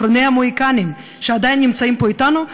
אחרוני המוהיקנים שנמצאים פה אתנו,